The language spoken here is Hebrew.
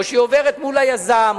או שהיא עוברת מול היזם,